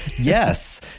Yes